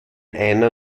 einer